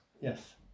Yes